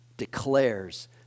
declares